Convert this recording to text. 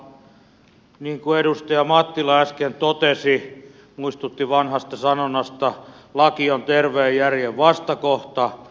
niin kuin edustaja mattila äsken totesi muistutti vanhasta sanonnasta laki on terveen järjen vastakohta